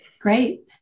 Great